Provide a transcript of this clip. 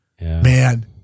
Man